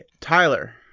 Tyler